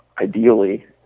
ideally